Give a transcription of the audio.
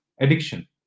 addiction